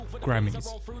Grammys